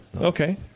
Okay